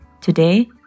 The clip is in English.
Today